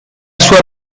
sua